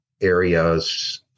areas